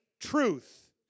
truth